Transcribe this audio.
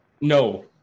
No